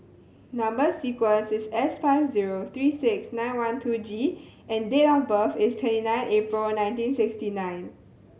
number sequence is S five zero three six nine one two G and date of birth is twenty nine April nineteen sixty nine